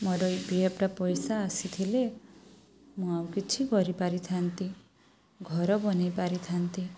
ମୋର ଏଇ ଇପିଏଫ୍ଟା ପଇସା ଆସିଥିଲେ ମୁଁ ଆଉ କିଛି କରିପାରିଥାନ୍ତି ଘର ବନାଇ ପାରିଥାନ୍ତି